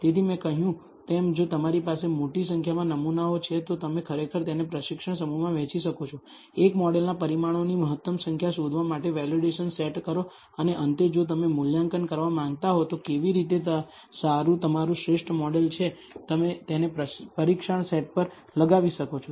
તેથી મેં કહ્યું તેમ જો તમારી પાસે મોટી સંખ્યામાં નમૂનાઓ છે તો તમે ખરેખર તેને પ્રશિક્ષણ સમૂહમાં વહેંચી શકો છો એક મોડેલના પરિમાણોની મહત્તમ સંખ્યા શોધવા માટે વેલિડેશન સેટ કરો અને અંતે જો તમે મૂલ્યાંકન કરવા માંગતા હો તો કેવી રીતે સારું તમારું શ્રેષ્ઠ મોડેલ છે તમે તેને પરીક્ષણ સેટ પર ચલાવી શકો છો